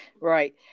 right